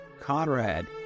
Conrad